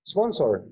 Sponsor